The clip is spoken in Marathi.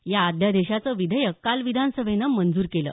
या अध्यादेशाचं विधेयक काल विधानसभेनं मंजूर केलं